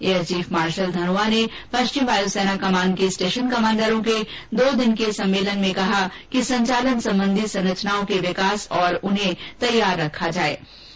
air chief marshal Dhanoa ने पश्चिम वायु सेना कमान के स्टेशन कमांडरों के दो दिन के सम्मेलन को सम्बोधित करते हुए संचालन संबंधी संरचनाओं के विकास और उन्हें तैयार रखने पर जोर दिया